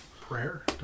Prayer